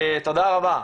תודה רבה.